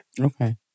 Okay